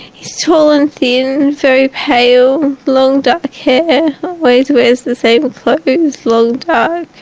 he's tall and thin, very pale, long dark hair, always wears the same clothes but and long dark